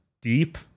deep